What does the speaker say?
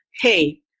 Hey